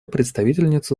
представительницу